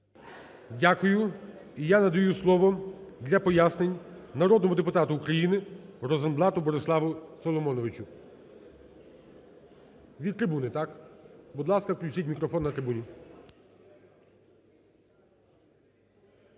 Дякую. І я надаю слово для пояснень народному депутату України Розенблату Бориславу Соломоновичу.